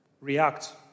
react